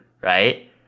right